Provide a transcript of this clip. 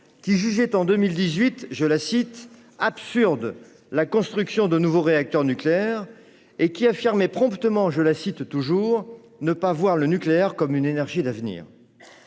qui jugeait en 2018 « absurde » la construction de nouveaux réacteurs nucléaires et qui affirmait promptement « ne pas voir le nucléaire comme une énergie d'avenir ».